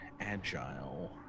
agile